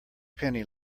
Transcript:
penny